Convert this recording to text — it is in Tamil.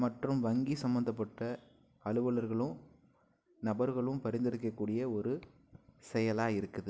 மற்றும் வங்கி சம்மந்தப்பட்ட அலுவலர்களும் நபர்களும் பரிந்துரைக்க கூடிய ஒரு செயலாய் இருக்குது